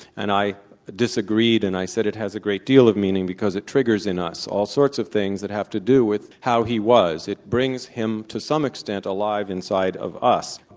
and i disagreed, and i said, it has a great deal of meaning, because it triggers in us all sorts of things that have to do with how he was. it brings, to some extent, alive inside of us.